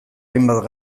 hainbat